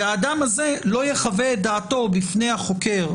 והאדם הזה לא יחווה את דעתו בפני החוקר,